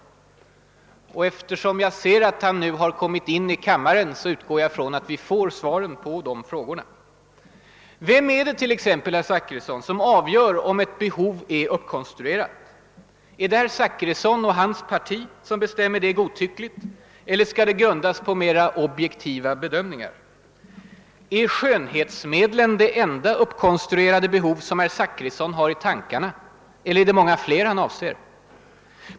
Jag ser att han nu har kommit in i kammaren och utgår därför från att jag får svar på frågorna. Vem är det t.ex. som avgör om ett behov är »uppkonstruerat»? Är det herr Zachrisson och hans parti som bestämmer det godtyckligt eller skall det grundas på mer objektiva bedömningar av något slag? Är skönhetsmedlen det enda »uppkonstruerade behov» som herr Zachrisson har i tankarna eller är det många fler han avser?